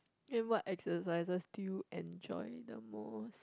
then what exercises do you enjoy the most